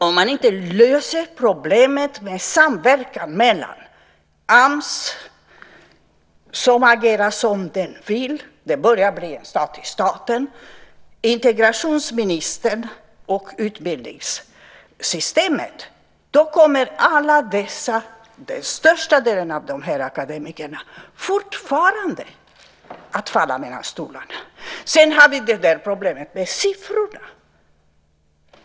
Om man inte löser problemet med samverkan mellan AMS - som agerar som de vill; de börjar bli en stat i staten - integrationsministern och utbildningssystemet kommer största delen av dessa akademiker fortfarande att falla mellan stolarna. Sedan har vi problemet med siffrorna.